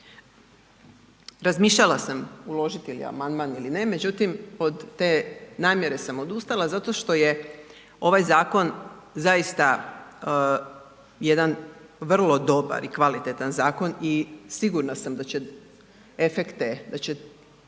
Razmišljala sam uložiti ili amandman ili ne, međutim od te namjere sam odustala zato što je ovaj zakon zaista jedan vrlo dobar i kvalitetan zakon i sigurna sam da će efekte, da će